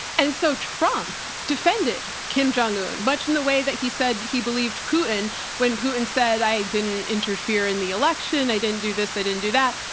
and so trump defended kim jong un much in the way that he said he believed putin when putin said, i didn't interfere in the election, i didn't do this. i didn't do that.